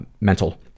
mental